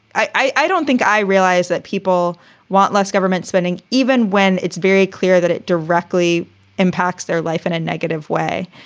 i i don't think i realize that people want less government spending, even when it's very clear that it directly impacts their life in a negative way.